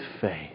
faith